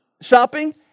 Shopping